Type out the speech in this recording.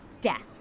death